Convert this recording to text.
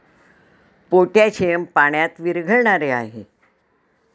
potassium पाण्यात विरघळणारे आहे